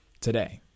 today